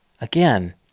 again